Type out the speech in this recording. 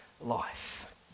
life